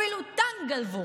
אפילו טנק גנבו.